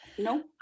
No